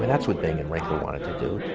but that's what bing and rinker wanted to do.